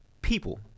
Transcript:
people